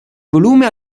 volume